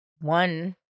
one